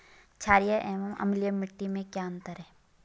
छारीय एवं अम्लीय मिट्टी में क्या अंतर है?